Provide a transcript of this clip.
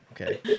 Okay